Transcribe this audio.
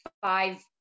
five